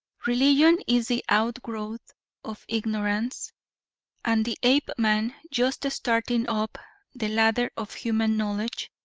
religion is the outgrowth of ignorance and the apeman, just starting up the ladder of human knowledge,